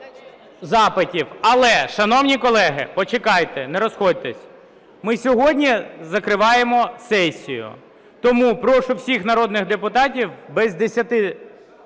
Але, шановні колеги, почекайте, не розходьтесь. Ми сьогодні закриваємо сесію. Тому прошу всіх народних депутатів без десяти